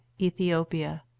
Ethiopia